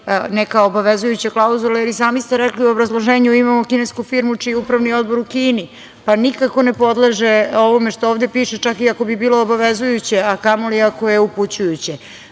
neka obavezujuća klauzula, jer i sami ste rekli u obrazloženju imamo kinesku firmu čiji je upravi odbor u Kini, pa nikako ne podleže ovome što ovde piše, čak i ako bi bilo obavezujuće, a kamoli ako je upućujuće. Važno